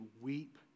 weep